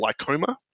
Lycoma